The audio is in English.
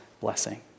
blessing